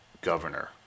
governor